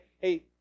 hey